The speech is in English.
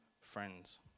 friends